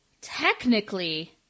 technically